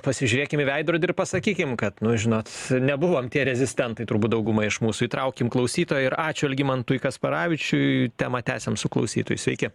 pasižiūrėkim į veidrodį ir pasakykim kad nu žinot nebuvom tie rezistentai turbūt dauguma iš mūsų įtraukim klausytoją ir ačiū algimantui kasparavičiui temą tęsiam su klausytoju sveiki